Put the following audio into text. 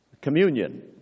communion